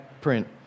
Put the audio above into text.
print